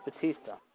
Batista